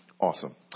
Awesome